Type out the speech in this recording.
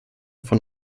von